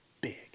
big